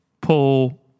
pull